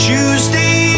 Tuesday